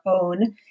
own